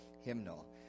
hymnal